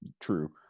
true